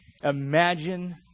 Imagine